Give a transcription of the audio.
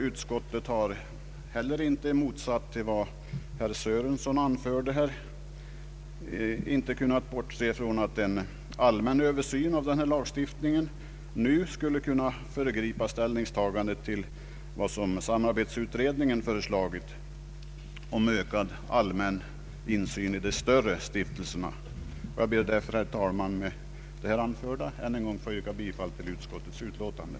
Utskottet har heller inte — i motsats till herr Sörenson — kunnat bortse ifrån att en allmän översyn av denna lagstiftning nu skulle kunna föregripa ställningstagandet till vad som samarbetsutredningen föreslagit beträffande ökad allmän insyn i de större stiftelserna. Med det anförda ber jag därför, herr talman, att än en gång få yrka bifall till utskottets hemställan.